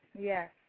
yes